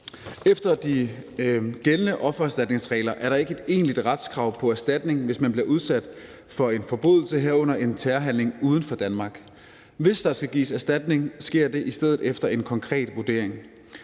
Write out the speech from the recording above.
Efter de gældende offererstatningsregler er der ikke et egentligt retskrav på erstatning, hvis man bliver udsat for en forbrydelse, herunder en terrorhandling uden for Danmark. Hvis der skal gives erstatning, sker det i stedet efter en konkret vurdering.